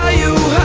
ah you